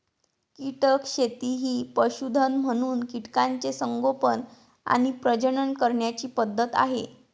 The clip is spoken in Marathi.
कीटक शेती ही पशुधन म्हणून कीटकांचे संगोपन आणि प्रजनन करण्याची पद्धत आहे